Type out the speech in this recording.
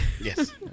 Yes